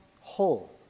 whole